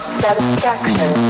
satisfaction